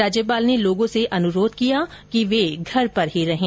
राज्यपाल ने लोगों से अनुरोध किया है कि घर पर रहें